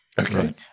Okay